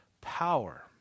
power